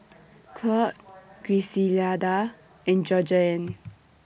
Cloyd Griselda and Georgeann